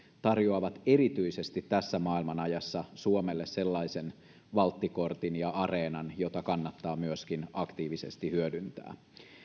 tarjoavat erityisesti tässä maailmanajassa suomelle sellaisen valttikortin ja areenan jota kannattaa myöskin aktiivisesti hyödyntää